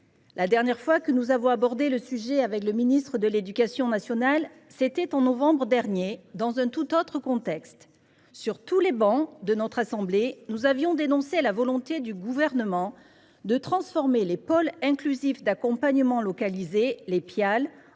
La dernière fois que nous avons abordé le sujet avec le ministre de l’éducation nationale, c’était au mois de novembre dernier, dans un tout autre contexte. Sur toutes les travées de notre Haute Assemblée, nous avions dénoncé la volonté du Gouvernement de transformer les pôles inclusifs d’accompagnement localisés (Pial)